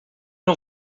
não